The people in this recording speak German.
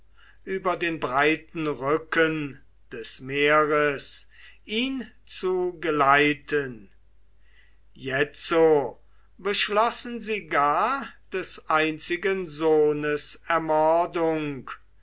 über den breiten rücken des meeres ihn zu geleiten jetzo beschlossen sie gar des einzigen sohnes ermordung